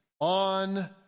on